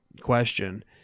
question